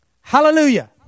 Hallelujah